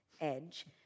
edge